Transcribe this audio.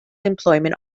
employment